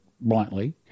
bluntly